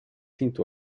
into